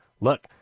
Look